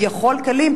הכביכול קלים,